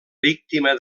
víctima